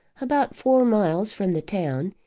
about four miles from the town,